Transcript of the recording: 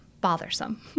bothersome